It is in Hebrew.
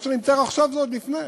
מה שאני מתאר עכשיו זה עוד לפני.